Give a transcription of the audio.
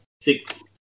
six